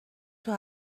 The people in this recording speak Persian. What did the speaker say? توی